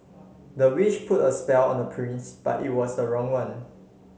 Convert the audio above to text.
the witch put a spell on the prince but it was the wrong one